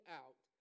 out